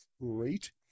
great